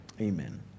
Amen